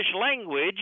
language